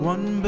One